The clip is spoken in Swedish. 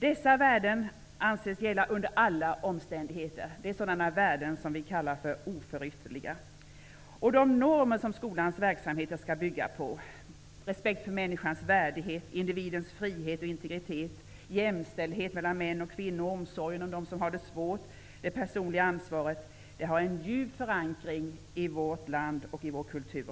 Dessa värden anses gälla under alla omständigheter. Sådana värden kallar vi för oförytterliga. De normer som skolans verksamhet skall bygga på -- respekt för människans värdighet, individens frihet och integritet, jämställdhet mellan män och kvinnor, omsorgen om dem som har det svårt, det personliga ansvaret -- har en djup förankring i vårt land och i vår kultur.